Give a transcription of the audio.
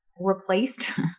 replaced